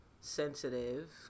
sensitive